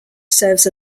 serves